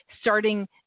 starting